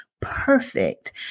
perfect